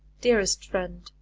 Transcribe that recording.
dearest friend,